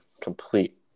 complete